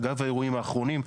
אגב האירועים האחרונים,